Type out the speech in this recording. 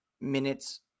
minutes